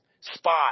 spot